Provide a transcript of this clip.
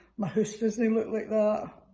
my house doesn't look like ah